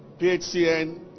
PHCN